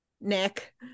Nick